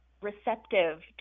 receptive